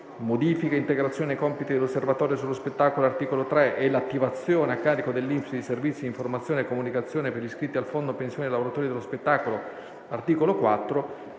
modifiche e integrazioni ai compiti dell'Osservatorio sullo spettacolo (articolo 3) e l'attivazione a carico dell'INPS di servizi di informazione e comunicazione per gli iscritti al Fondo pensione lavoratori dello spettacolo (articolo 4),